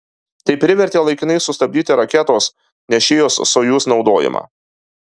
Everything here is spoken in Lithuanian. tai privertė laikinai sustabdyti raketos nešėjos sojuz naudojimą